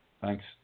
Thanks